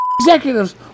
executives